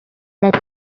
that